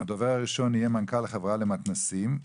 הדובר הראשון יהיה מנכ"ל החברה למתנ"סים.